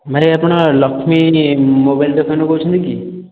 ଭାଇ ଆପଣ ଲକ୍ଷ୍ମୀ ମୋବାଇଲ୍ ଦୋକାନରୁ କହୁଛନ୍ତି କି